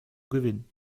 gewinnen